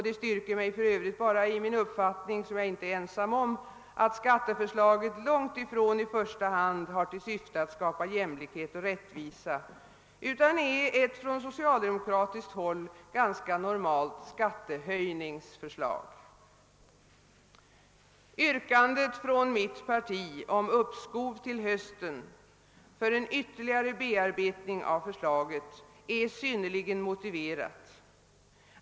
Den styrker mig för övrigt bara 1 min uppfattning, som jag inte är ensam om, att skatteförslaget långt ifrån i första hand har till syfte att skapa jämlikhet och rättvisa, utan är ett för socialdemokratin ganska normalt skattehöjningsförslag. Yrkandet från mitt parti om uppskov till hösten för en ytterligare bearbetning av förslaget är synnerligen motiverat.